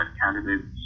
candidates